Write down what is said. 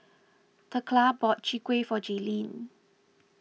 thekla bought Chwee Kueh for Jaylene